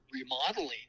remodeling